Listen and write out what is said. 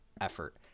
effort